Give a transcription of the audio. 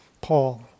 Paul